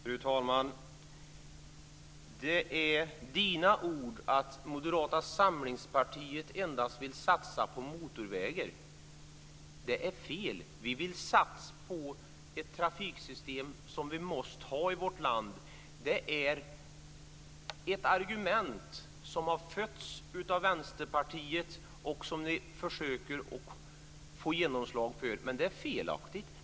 Fru talman! Det är Sture Arnessons ord att Moderata samlingspartiet endast vill satsa på motorvägar. Det är fel. Vi vill satsa på det trafiksystem som vi måste ha i vårt land. Det är ett argument som har fötts av Vänsterpartiet och som ni försöker få genomslag för. Men det är felaktigt.